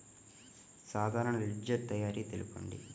సాధారణ లెడ్జెర్ తయారి తెలుపండి?